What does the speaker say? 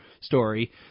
story